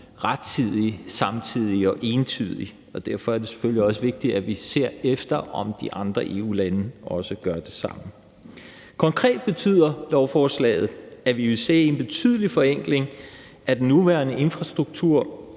rettidig, samtidig og entydig, og derfor er det selvfølgelig også vigtigt, at vi ser efter, om de andre EU-lande også gør det samme. Konkret betyder lovforslaget, at vi vil se en betydelig forenkling af den nuværende infrastruktur